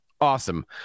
Awesome